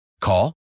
Call